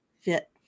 fit